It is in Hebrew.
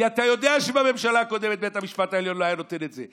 כי אתה יודע שבממשלה הקודמת בית המשפט העליון לא היה נותן את זה.